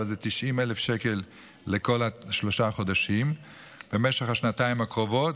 אבל זה 90,000 שקל לכל שלושה חודשים במשך השנתיים הקרובות.